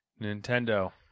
Nintendo